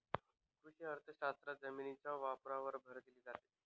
कृषी अर्थशास्त्रात जमिनीच्या वापरावर भर दिला जातो